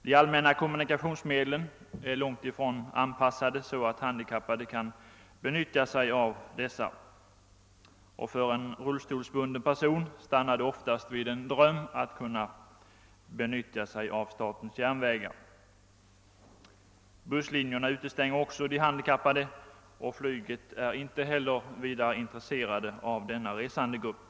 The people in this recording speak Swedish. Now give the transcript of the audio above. De allmänna kommunikationsmedlen är långt ifrån avpassade så att handikappade kan använda sig av dem. För en rullstolsbunden person förblir det oftast en dröm att kunna resa med statens järnvägar. Busslinjerna utestänger också de handikappade, och flyget är inte heller vidare intresserat av denna resandegrupp.